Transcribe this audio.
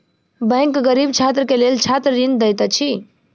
bank गरीब छात्र के लेल छात्र ऋण दैत अछि